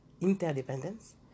interdependence